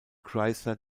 chrysler